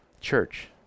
Church